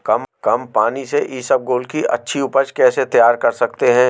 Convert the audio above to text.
कम पानी से इसबगोल की अच्छी ऊपज कैसे तैयार कर सकते हैं?